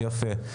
יפה.